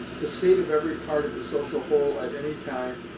the state of every part of the social whole at any time,